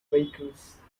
vehicles